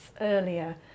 earlier